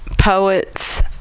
Poets